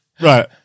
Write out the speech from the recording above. Right